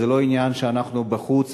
וזה לא עניין שאנחנו בחוץ,